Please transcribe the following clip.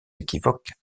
équivoque